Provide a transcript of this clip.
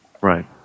Right